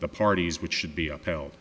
the parties which should be upheld